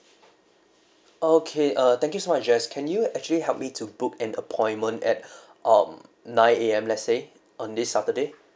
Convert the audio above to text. okay uh thank you so much jess can you actually help me to book an appointment at um nine A_M let's say on this saturday